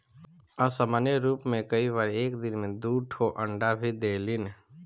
असामान्य रूप में कई बार एक दिन में दू ठो अंडा भी देलिन